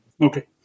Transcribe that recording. okay